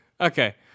Okay